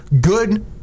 good